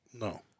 No